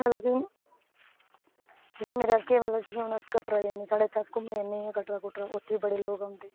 जियां हून अस कटरा जने उत्थै अस घूमी औने कटरा उत्थै बी बडे़ लोक औंदे